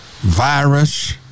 virus